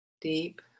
Deep